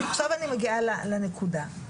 עכשיו אני מגיעה לנקודה,